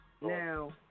Now